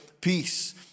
peace